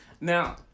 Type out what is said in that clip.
now